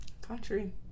country